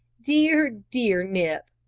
dear, dear nip!